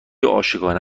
عاشقانه